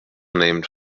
named